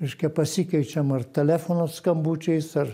reiškia pasikeičiam ar telefono skambučiais ar